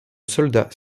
soldat